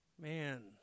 Man